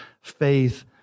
faith